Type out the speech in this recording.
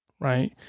right